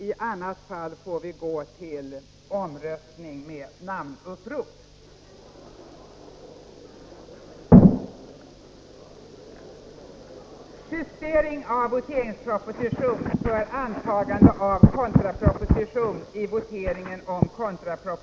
I annat fall kommer vi att gå till omröstning med namnupprop.